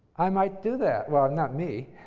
i might do that. well, not me.